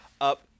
up